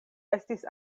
estis